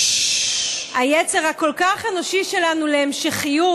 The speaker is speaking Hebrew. היצר הכל-כך אנושי שלנו להמשכיות,